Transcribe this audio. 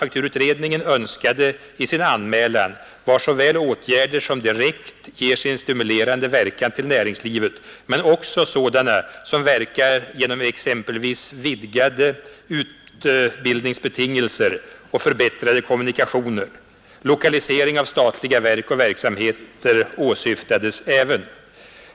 Vad metallmanufakturutredningen önskade i sin anmälan var såväl åtgärder som direkt ger sin stimulerande verkan till näringslivet som sådana som verkar genom exempelvis vidgade utbildningsbetingelser och förbättrade kommunikationer. Lokalisering av statliga verk och verksamheter åsyftades även.